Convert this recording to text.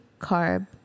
carb